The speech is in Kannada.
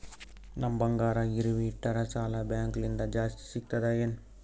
ನಮ್ ಬಂಗಾರ ಗಿರವಿ ಇಟ್ಟರ ಸಾಲ ಬ್ಯಾಂಕ ಲಿಂದ ಜಾಸ್ತಿ ಸಿಗ್ತದಾ ಏನ್?